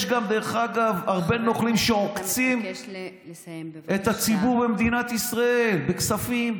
יש הרבה נוכלים שעוקצים את הציבור במדינת ישראל בכספים,